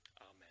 Amen